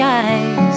eyes